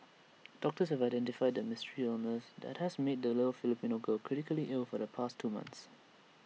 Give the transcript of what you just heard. doctors have identified the mystery illness that has made A little Filipino girl critically ill for the past two months